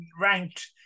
ranked